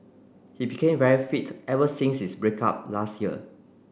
he became very fit ever since his break up last year